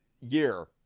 year